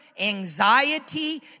anxiety